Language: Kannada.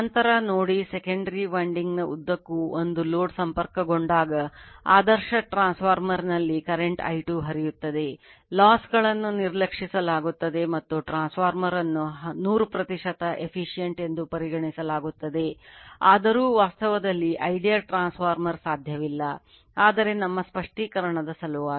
ನಂತರ ನೋಡಿ secondary ಸಾಧ್ಯವಿಲ್ಲ ಆದರೆ ನಮ್ಮ ಸ್ಪಷ್ಟೀಕರಣದ ಸಲುವಾಗಿ